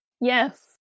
Yes